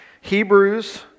Hebrews